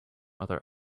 other